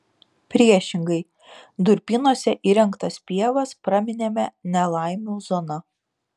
priešingai durpynuose įrengtas pievas praminėme nelaimių zona